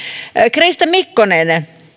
krista mikkonen